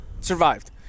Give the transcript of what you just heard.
Survived